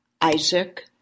Isaac